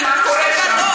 קשור מאוד.